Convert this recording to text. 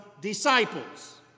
disciples